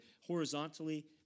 horizontally